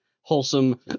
wholesome